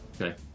Okay